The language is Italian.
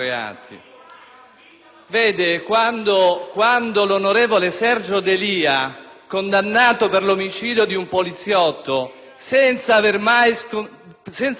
Vede, l'onorevole Sergio D'Elia, condannato per l'omicidio di un poliziotto senza aver mai risarcito